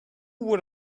would